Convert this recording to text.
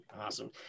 Awesome